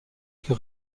que